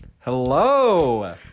Hello